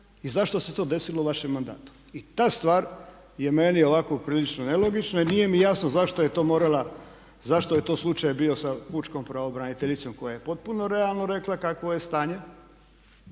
i zašto se to desilo u vašem mandatu i ta stvar je meni ovako prilično nelogična i nije mi jasno zašto je to morala, zašto je to slučaj bio sa pučkom pravobraniteljicom koja je potpuno realno rekla kakvo je stanje